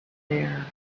there